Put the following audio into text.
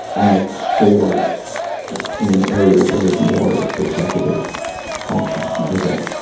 almost stored in an area where there's more executive function. is that,